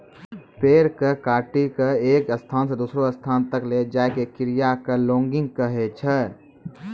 पेड़ कॅ काटिकॅ एक स्थान स दूसरो स्थान तक लै जाय के क्रिया कॅ लॉगिंग कहै छै